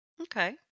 okay